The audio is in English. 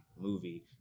movie